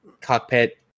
cockpit